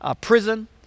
prison